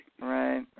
Right